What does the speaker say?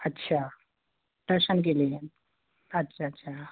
अच्छा दर्शन के लिए अच्छा अच्छा